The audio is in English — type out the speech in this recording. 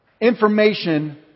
information